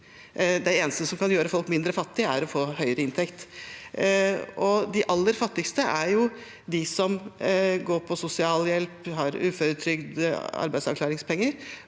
Det eneste som kan gjøre folk mindre fattige, er å få høyere inntekt. De aller fattigste er jo de som går på sosialhjelp, har uføretrygd eller arbeidsavklaringspenger,